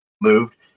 moved